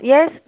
Yes